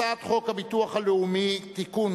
הצעת חוק הביטוח הלאומי (תיקון,